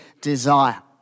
desire